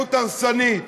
מדיניות הרסנית